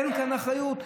אין כאן אחריות,